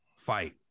fight